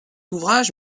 ouvrage